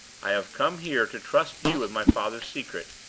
i have come here to trust you with my father's secret,